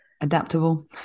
adaptable